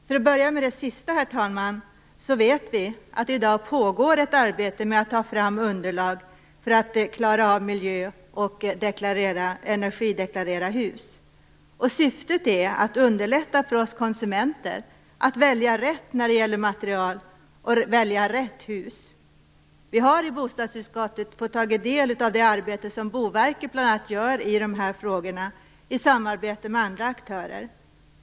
För att börja med det sista, herr talman, vet vi att det i dag pågår ett arbete med att ta fram underlag för att klara av att miljö och energideklarera hus. Syftet är att underlätta för oss konsumenter att välja rätt när det gäller material och att välja rätt hus. Vi har i bostadsutskottet fått ta del av det arbete som Boverket bl.a. gör i de här frågorna i samarbete med andra aktörer.